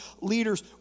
leaders